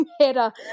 header